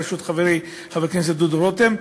בראשות חברי חבר הכנסת דודו רותם,